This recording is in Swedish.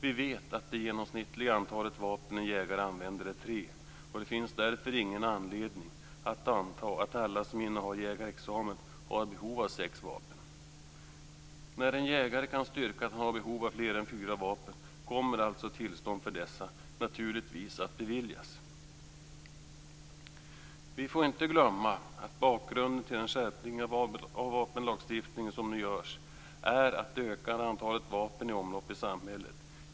Vi vet att det genomsnittliga antalet vapen en jägare använder är tre. Det finns därför ingen anledning att anta att alla som innehar jägarexamen har behov av sex vapen. När en jägare kan styrka att han har behov av fler än fyra vapen kommer alltså tillstånd för dessa naturligtvis att beviljas. Vi får inte glömma att bakgrunden till den skärpning av vapenlagstiftningen som nu görs är det ökade antalet vapen i omlopp i samhället.